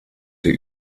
der